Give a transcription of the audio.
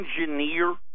engineer